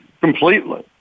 completely